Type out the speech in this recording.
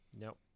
Nope